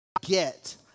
get